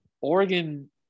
Oregon